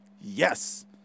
Yes